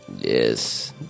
Yes